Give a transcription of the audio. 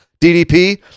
DDP